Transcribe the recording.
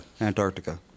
Antarctica